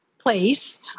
place